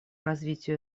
развитию